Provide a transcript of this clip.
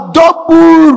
double